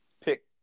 pick